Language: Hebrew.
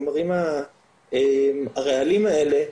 הרעלים האלה,